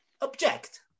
object